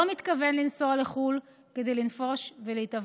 לא מתכוון לנסוע לחו"ל כדי לנפוש ולהתאוורר.